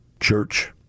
church